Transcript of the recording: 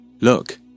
Look